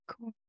Cool